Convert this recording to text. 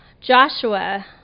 Joshua